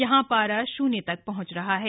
यहां पारा शून्य तक पहंच रहा है